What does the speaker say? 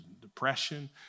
depression